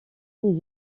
les